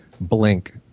Blink